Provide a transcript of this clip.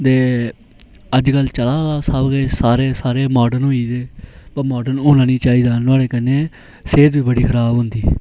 ते अजकल चला दा सब किश सारे सारे माॅडर्न होई गेदे पर माॅडर्न होना नेईं चाहिदा नुआढ़े कन्नै सेहद बी बड़ी खराब होंदी